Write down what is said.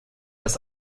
das